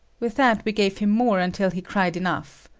with that we gave him more until he cried enough.